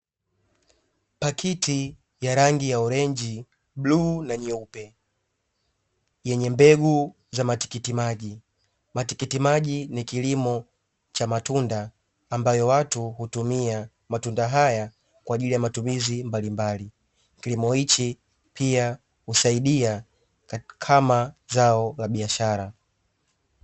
Pakiti ya rangi ya orenji, bluu na nyeupe yenye mbegu za matikiti maji. Matikiti maji ni kilimo cha matunda ambayo watu hutumia matunda haya kwa ajili ya matumizi mbalimbali. Kilimo hichi husaidia pia kama zao la biashara.